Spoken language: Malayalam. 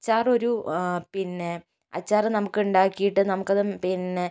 അച്ചാർ ഒരു പിന്നെ അച്ചാർ നമുക്ക് അത് ഇണ്ടാക്കിയിട്ട് നമുക്ക് അത് പിന്നെ